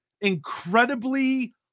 incredibly